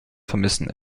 vermissen